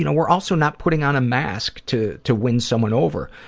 you know we're also not putting on a mask to to win someone over.